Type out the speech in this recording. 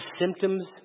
symptoms